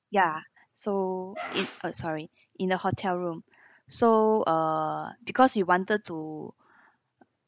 ya so it uh sorry in the hotel room so err because he wanted to